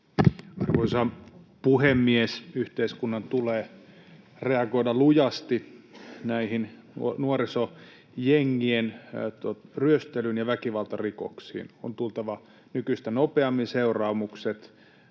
Arvoisa puhemies! Yhteiskunnan tulee reagoida lujasti näihin nuorisojengien ryöstelyihin ja väkivaltarikoksiin. On tultava nykyistä nopeammin seuraamukset